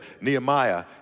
Nehemiah